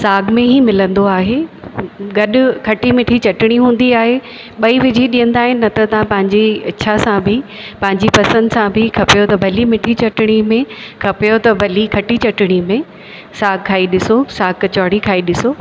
साग में ई मिलंदो आहे गॾु खटी मिठी चटणी हूंदी आहे ॿई विझी ॾींदा आहिनि न त तां पंहिंजी इच्छा सां बि पंहिंजी पसंदि सां बि खपेव त भली मिठी चटणी में खपेव त भली खटी चटणीअ में साग खाई ॾिसो